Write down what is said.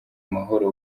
mahoro